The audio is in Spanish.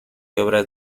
obras